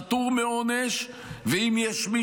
אבל אם יש מי שפטור מעונש ואם יש מי